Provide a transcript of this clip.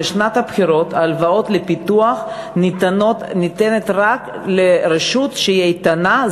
הלוואה לפיתוח ניתנת רק לרשות שהיא איתנה,